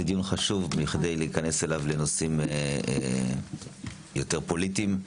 שזה דיון חשוב מכדי להיכנס בו לנושאים פוליטיים יותר,